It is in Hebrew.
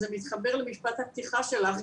זה מתחבר למשפט הפתיחה שלך,